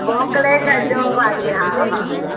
मोकिले छॾिजो भाॼी हा हा हा